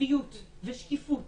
עקביות ושקיפות